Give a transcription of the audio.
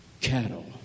cattle